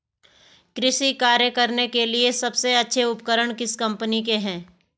कृषि कार्य करने के लिए सबसे अच्छे उपकरण किस कंपनी के हैं?